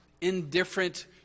indifferent